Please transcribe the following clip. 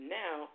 now